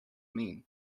mean